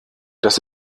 das